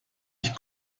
ich